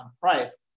price